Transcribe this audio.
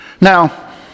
Now